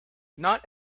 not